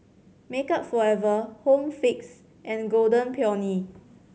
Makeup Forever Home Fix and Golden Peony